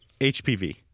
HPV